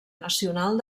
nacional